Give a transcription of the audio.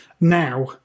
Now